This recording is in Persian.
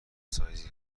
سایزی